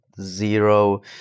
zero